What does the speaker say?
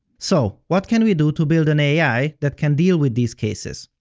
so, what can we do to build an ai that can deal with these cases?